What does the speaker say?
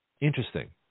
Interesting